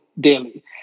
daily